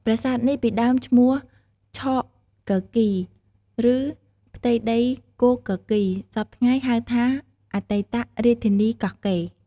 ប្រាសាទនេះពីដើមឈ្មោះឆកគគីរ ឬផៃ្ទដីគោកគគីរ សព្វថៃ្ងហៅថា អតីត រាជធានីកោះកេរិ៍្ដ ។